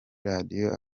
radiyo